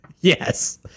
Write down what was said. yes